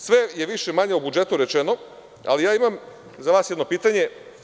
Sve je više-manje o budžetu rečeno, ali imam za vas jedno pitanje.